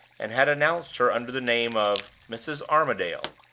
and had announced her under the name of mrs. armadale.